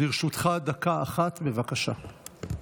לרשותך דקה אחת, בבקשה.